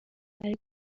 برای